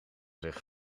zich